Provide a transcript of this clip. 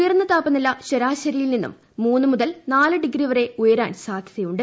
ഉയർന്ന താപനില ശരാശരിയിൽ നിന്നും മുന്നു മുതൽ നാലു ഡിഗ്രിവരെ ഉയരാൻ സാധ്യതയുണ്ട്